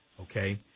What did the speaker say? Okay